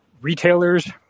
retailers